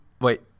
Wait